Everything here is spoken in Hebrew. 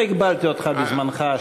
לא הגבלתי אותך בזמנך.